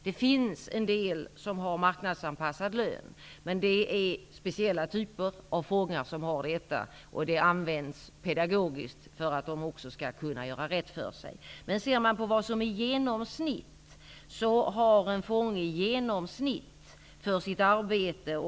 Det finns de som har marknadsanpassad lön. Men det gäller speciella fångar, och detta har det pedagogiska syftet att de här personerna skall kunna göra rätt för sig. I kr per vecka för sitt arbete.